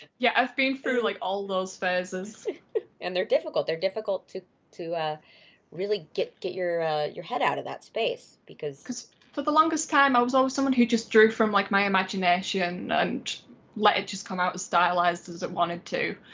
yeah. i've been through like all those phases and they're difficult. they're difficult to to ah really get get your your head out of that space for the longest time, i was always someone who just drew from like my imagination and let it just come out as stylized as it wanted to.